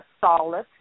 solid